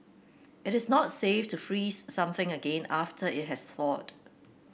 it is not safe to freeze something again after it has thawed